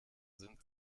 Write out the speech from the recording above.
sind